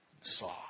saw